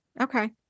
Okay